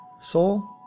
Soul